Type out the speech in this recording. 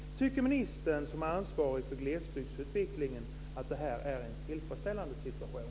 Tycker ministern, som är ansvarig för glesbygdsutvecklingen, att det här är en tillfredsställande situation?